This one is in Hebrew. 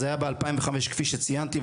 אז זה היה ב-2005 כפי שציינתי,